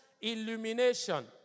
illumination